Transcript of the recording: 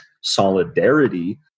solidarity